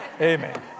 Amen